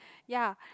ya